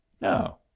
No